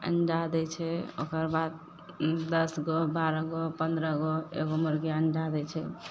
अण्डा दै छै ओकरबाद दस गो बारह गो पनरह गो एगो मुरगी अण्डा दै छै